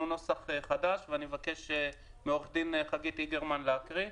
נוסח חדש ואני מבקש מעורכת הדין חגית איגרמן להקריא.